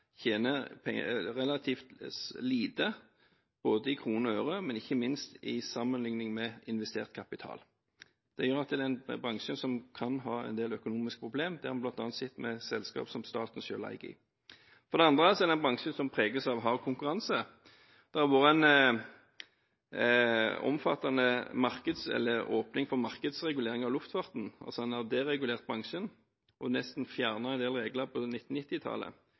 tjener relativt lite i kroner og ører, og ikke minst sammenlignet med investert kapital. Det gjør at bransjen kan ha en del økonomiske problemer. Det har vi bl.a. sett med selskaper som staten selv har eierandel i. For det andre er det en bransje som preges av hard konkurranse. Det har vært en omfattende åpning for markedsregulering av luftfarten. En har altså deregulert bransjen og nesten fjernet en del regler på